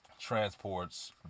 transports